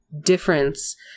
difference